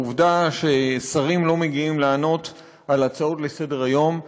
העובדה ששרים לא מגיעים לענות על הצעות לסדר-היום.